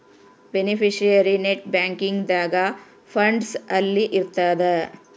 beneficiary net banking ದಾಗ funds ಅಲ್ಲಿ ಇರ್ತದ